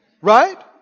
Right